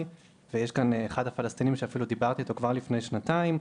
ויש כאן אחד הפלסטינים שדיברתי איתו כבר לפני שנתיים,